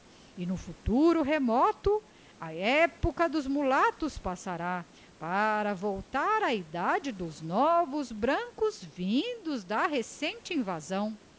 e no futuro remoto a epocha dos mulatos passará para voltar a edade dos novos brancos vindos da recente invasão